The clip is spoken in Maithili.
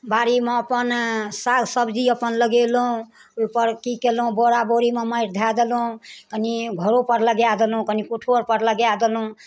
बाड़ीमे अपन साग सब्जी अपन लगेलहुॅं ओहि पर की केलहुॅं बोरा बोरीमे माइट धए देलहुॅं कनि घरो पर लगाए देलहुॅं कनि पुथौर पर लगाए देलहुॅं